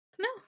No